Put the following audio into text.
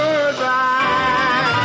Goodbye